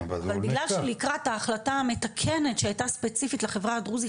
אבל בגלל שלקראת ההחלטה המתקנת שהייתה ספציפית לחברה הדרוזית,